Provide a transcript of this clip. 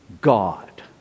God